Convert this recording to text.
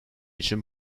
için